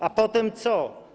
A potem co?